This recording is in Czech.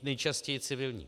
Nejčastěji civilního.